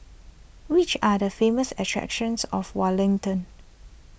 which are the famous attractions of Wellington